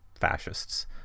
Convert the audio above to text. fascists